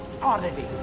oddity